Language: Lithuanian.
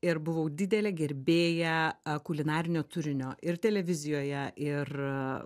ir buvau didelė gerbėja kulinarinio turinio ir televizijoje ir